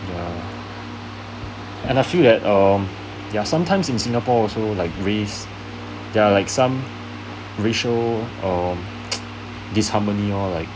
ya and I feel that um ya sometimes in singapore also like race there are like some racial um disharmony lor like